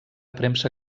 premsa